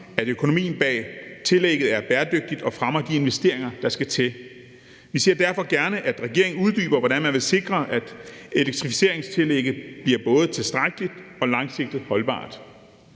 at økonomien bag tillægget er bæredygtigt og fremmer de investeringer, der skal til. Vi ser derfor gerne, at regeringen uddyber, hvordan man vil sikre, at elektrificeringstillægget bliver både tilstrækkeligt, langsigtet og holdbart.